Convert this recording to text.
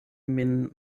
min